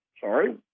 sorry